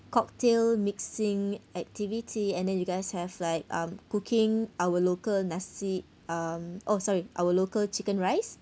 cocktail mixing activity and then you guys have like um cooking our local nasi um oh sorry our local chicken rice